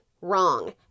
wrong